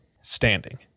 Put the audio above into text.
standing